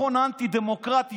אנחנו סתם קרטונים פה.